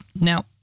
Now